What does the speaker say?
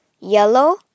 yellow